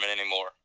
anymore